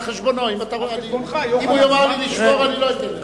חשבונו, אם הוא יאמר לי לשמור אני לא אתן לך.